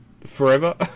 forever